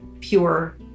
pure